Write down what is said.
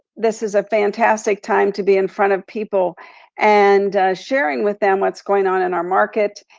this is a fantastic time to be in front of people and sharing with them what's going on in our market.